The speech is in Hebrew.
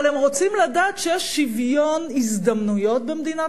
אבל הם רוצים לדעת שיש שוויון הזדמנויות במדינת